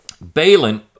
Balin